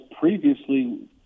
previously